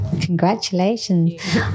congratulations